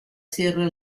sierra